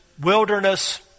wilderness